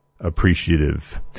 appreciative